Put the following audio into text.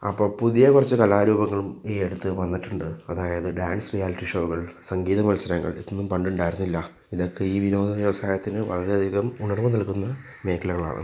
അപ്പോൾ പുതിയ കുറച്ച് കലാരൂപങ്ങളും ഈയടുത്തു വന്നിട്ടുണ്ട് അതായത് ഡാൻസ് റിയാലിറ്റി ഷോകൾ സംഗീതം മത്സരങ്ങൾ ഇതൊന്നും പണ്ടുണ്ടായിരുന്നില്ല ഇതൊക്കെ ഈ വിനോദ വ്യവസായത്തിന് വളരെയധികം ഉണർവ് നൽകുന്ന മേഖലകളാണ്